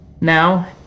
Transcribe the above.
now